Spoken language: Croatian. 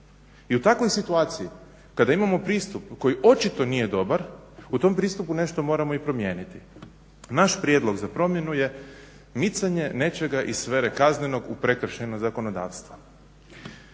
i u takvoj situaciji kada imamo pristup koji očito nije dobar u tom pristup nešto moramo i promijeniti. Naš prijedlog za promjenu je micanje nečega iz sfere kaznenog u prekršajno zakonodavstvo.